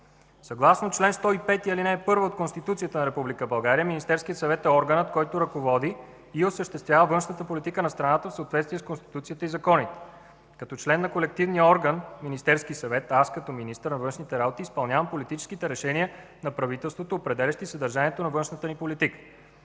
Съгласно чл. 105, ал. 1 от Конституцията на Република България, Министерският съвет е органът, който ръководи и осъществява външната политика на страната в съответствие с Конституцията и законите. Като член на колективния орган – Министерския съвет, а аз като министър на външните работи, изпълнявам политическите решения на правителството, определящи съдържанието на външната ни политика.